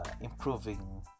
improving